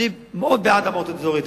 אני מאוד בעד המועצות האזוריות.